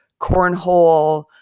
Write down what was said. cornhole